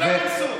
אולי מנסור.